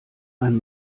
ein